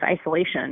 isolation